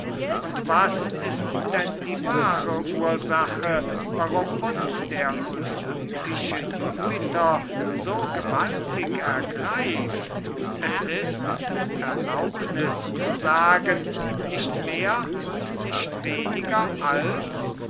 und was ist denn die wahre ursache warum uns der olympische jupiter so gewaltig ergreift es ist mit erlaubniß zu sagen nicht mehr und nicht weniger als